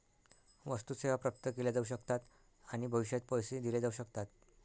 वस्तू, सेवा प्राप्त केल्या जाऊ शकतात आणि भविष्यात पैसे दिले जाऊ शकतात